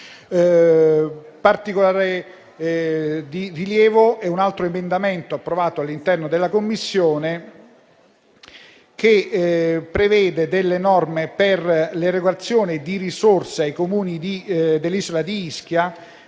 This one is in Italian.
Di particolare rilievo è un altro emendamento, approvato all'interno della Commissione, che prevede delle norme per l'erogazione di risorse ai Comuni dell'isola di Ischia